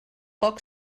poc